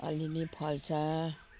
अलिअलि फल्छ